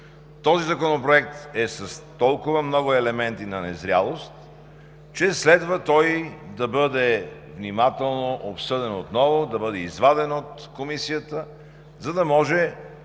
този законопроект е с толкова много елементи на незрялост, че следва отново да бъде внимателно обсъден, да бъде изваден от Комисията, за да може